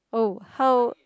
oh how